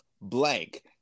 blank